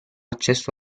accesso